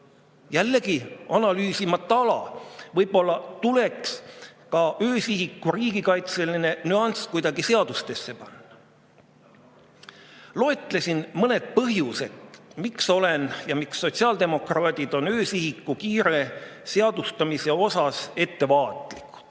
Jällegi – analüüsimata ala. Võib-olla tuleks ka öösihiku riigikaitseline nüanss kuidagi seadustesse panna. Loetlesin mõned põhjused, miks olen mina ja on ka teised sotsiaaldemokraadid öösihiku kiire seadustamise osas ettevaatlikud.